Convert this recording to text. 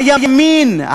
הימין,